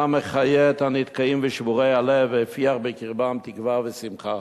היה מחיה את הנדכאים ושבורי הלב והפיח בקרבם תקווה ושמחה.